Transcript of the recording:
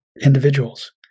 individuals